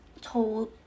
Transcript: told